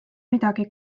midagi